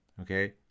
Okay